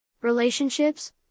Relationships